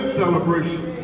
celebration